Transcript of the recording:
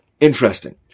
interesting